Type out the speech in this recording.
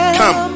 come